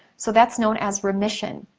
so, that's known as remission.